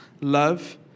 love